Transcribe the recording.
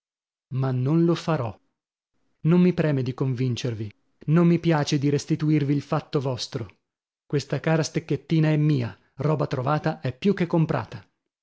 ma non lo farò non mi preme di convincervi non mi piace di restituirvi il fatto vostro questa cara stecchettina è mia roba trovata è più che comprata